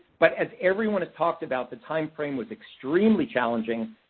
but, as everyone has talked about, the timeframe was extremely challenging.